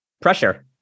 pressure